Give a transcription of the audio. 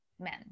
men